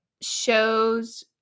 shows